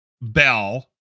bell